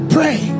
Pray